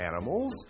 animals